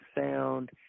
sound